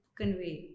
convey